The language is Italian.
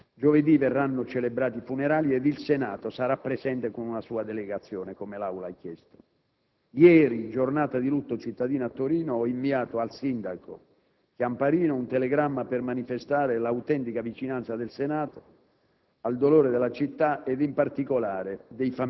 hanno perso la vita sui luoghi di lavoro. Giovedì verranno celebrati i funerali ed il Senato sarà presente con una sua delegazione, come l'Aula ha chiesto. Ieri, giornata di lutto cittadino a Torino, ho inviato al sindaco Chiamparino un telegramma per manifestare l'autentica vicinanza del Senato